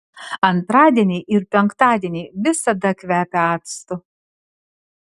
antradieniai ir penktadieniai visada kvepia actu